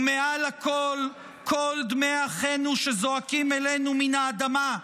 מעל הכול, קול דמי אחינו שזועקים אלינו מן האדמה,